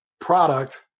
product